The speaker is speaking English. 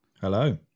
Hello